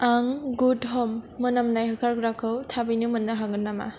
आं गुड हम मोनामनाय होखारग्राखौ थाबैनो मोननो हागोन नामा